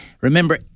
Remember